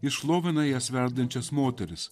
jis šlovina jas verdančias moteris